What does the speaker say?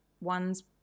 ones